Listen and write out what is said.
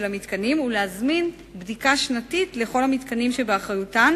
המתקנים ולהזמין בדיקה שנתית של כל המתקנים שבאחריותן,